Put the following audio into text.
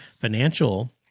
financial